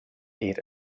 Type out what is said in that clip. eir